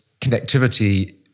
connectivity